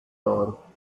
dar